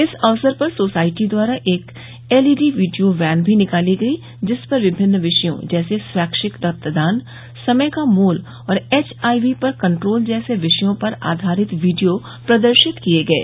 इस अवसर पर सोसायटी द्वारा एक एलईडी वीडियो वैन भी निकाली गई जिस पर विभिन्न विषयों जैसे स्वैच्छिक रक्त दान समय का मोल और एचआईवी पर कट्रोल जैसे विषयों पर आधारित वीडियो प्रदर्शित किये गये